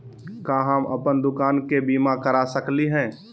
का हम अप्पन दुकान के बीमा करा सकली हई?